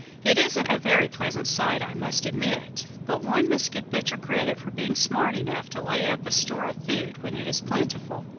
it isn't a very pleasant sight, i must admit, but one must give butcher credit for being smart enough to lay up a store of food when it is plentiful.